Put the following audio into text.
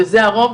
וזה הרוב,